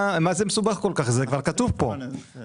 זה לא כזה מסובך; זה כבר כתוב פה.